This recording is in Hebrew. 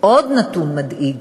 עוד נתון מדאיג.